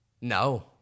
No